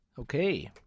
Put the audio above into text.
Okay